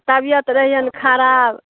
तबियत रहैअनि खराब